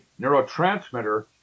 neurotransmitter